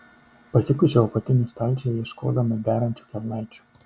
pasikuičiau apatinių stalčiuje ieškodama derančių kelnaičių